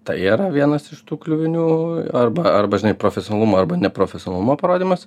tai yra vienas iš tų kliuvinių arba arba žinai profesionalumo arba neprofesionalumo parodymas